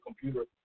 computer